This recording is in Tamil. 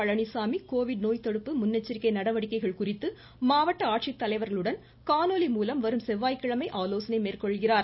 பழனிசாமி கோவிட் நோய் தடுப்பு முன்னெச்சரிக்கை நடவடிக்கைகள் குறித்து மாவட்ட ஆட்சித்தலைவர்களுடன் காணொலி மூலம் வரும் செவ்வாய்க்கிழமை ஆலோசனை மேற்கொள்கிறார்